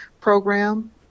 program